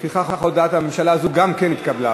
לפיכך, הודעת הממשלה הזו גם כן נתקבלה.